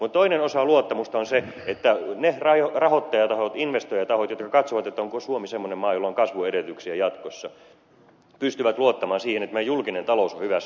mutta toinen osa luottamusta on se että ne rahoittajatahot investoijatahot jotka katsovat onko suomi semmoinen maa jolla on kasvuedellytyksiä jatkossa pystyvät luottamaan siihen että meidän julkinen taloutemme on hyvässä kunnossa